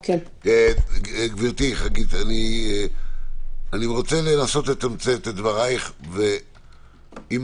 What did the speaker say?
אני רוצה לנסות לתמצת את דברייך ואם